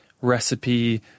recipe